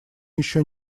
еще